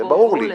זה ברור לי.